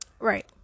right